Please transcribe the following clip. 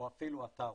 או אפילו אתר,